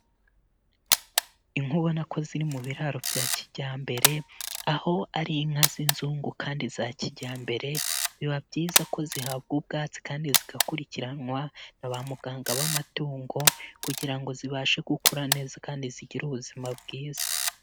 Inka ubana ko ziri mu biraro bya kijyambere aho ari inka z'inzungu kandi za kijyambere, biba byiza ko zihabwa ubwatsi kandi zigakurikiranwa na ba muganga w'amatungo kugira ngo zibashe gukura neza kandi zigire ubuzima bwiza.